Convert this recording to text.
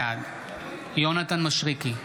בעד יונתן מישרקי,